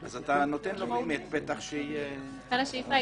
אתה נותן לו פתח --- לכן השאיפה היא